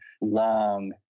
long